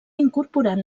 incorporant